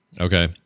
Okay